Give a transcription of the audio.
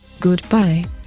Goodbye